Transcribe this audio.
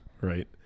right